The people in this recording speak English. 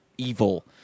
Evil